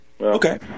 Okay